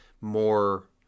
more